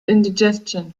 indigestion